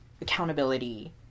accountability